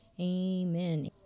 Amen